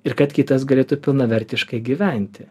ir kad kitas galėtų pilnavertiškai gyventi